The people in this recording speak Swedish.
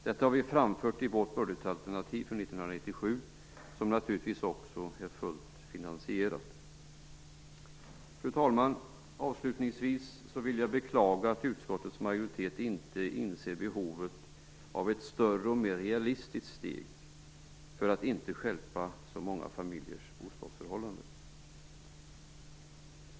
Detta har vi framfört i vårt budgetalternativ för 1997, som naturligtvis också är fullt finansierat. Fru talman! Avslutningsvis vill jag beklaga att utskottets majoritet inte inser behovet av ett större och mer realistiskt steg för att inte stjälpa så många familjers bostadsförhållanden.